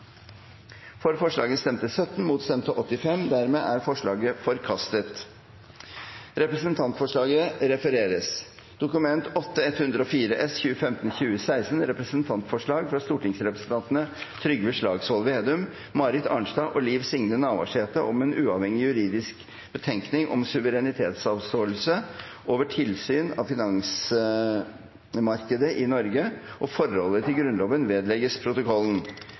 til forslaget. Det voteres så over følgende forslag: «Dokument 8:104 S – Representantforslag fra stortingsrepresentantene Trygve Slagsvold Vedum, Marit Arnstad og Liv Signe Navarsete om en uavhengig juridisk betenkning om suverenitetsavståelse over tilsyn av finansmarkedet i Norge og forholdet til Grunnloven – vedlegges protokollen.»